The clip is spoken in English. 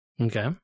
Okay